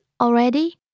already